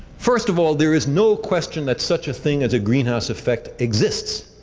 first of all, there is no question that such a thing as a greenhouse effect exists.